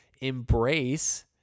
embrace